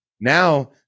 now